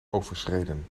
overschreden